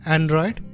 Android